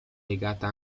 legata